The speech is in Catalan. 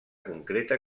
concreta